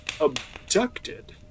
abducted